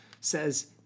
says